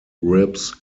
ribs